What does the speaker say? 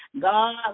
God